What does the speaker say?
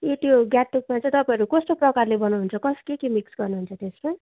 ए त्यो ग्यातुकमा चाहिँ तपाईँहरू कस्तो प्रकारले बनाउनु हुन्छ तपाईँहरू के के मिक्स गर्नु हुन्छ त्यसमा